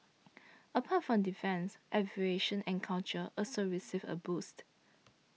apart from defence aviation and culture also received a boost